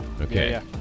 Okay